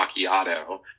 macchiato